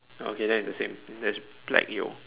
okay then it's the same there's black your